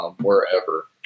wherever